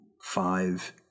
Five